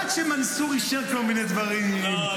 עד שמנסור אישר כל מיני דברים -- לא,